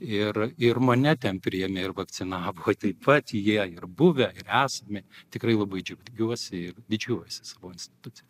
ir ir mane ten priėmė ir vakcinavo taip pat jie ir buvę ir esami tikrai labai džiaugiuosi ir didžiuojuosi savo institucija